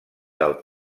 del